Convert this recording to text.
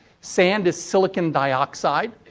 sand is silicon dioxide.